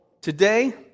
today